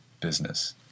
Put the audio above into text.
business